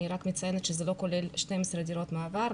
אני רק מציינת שזה לא כולל 12 דירות מעבר,